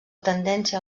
tendència